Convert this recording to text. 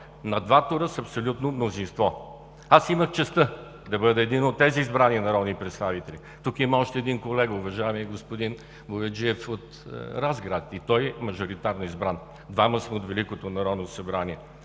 на два тура с абсолютно мнозинство. Аз имах честта да бъда един от тези избрани народни представители. Тук има още един колега – уважаемият господин Бояджиев от Разград, и той мажоритарно избран. Двама сме от Великото народно събрание.